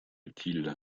utile